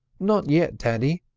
not yet, daddy!